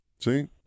see